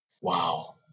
Wow